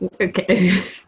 Okay